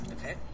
Okay